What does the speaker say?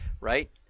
right